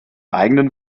eigenen